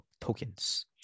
tokens